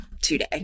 today